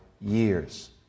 years